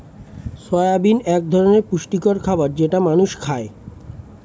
soybean এক ধরনের পুষ্টিকর খাবার যেটা মানুষ খায়